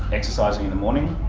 exercising in the morning,